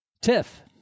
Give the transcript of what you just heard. Tiff